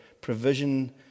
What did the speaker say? provision